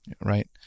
right